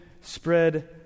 spread